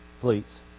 please